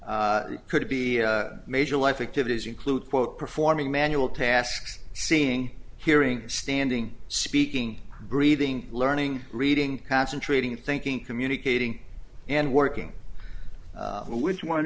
thirty could be a major life it gives include quote performing manual tasks seeing hearing standing speaking breathing learning reading concentrating thinking communicating and working with one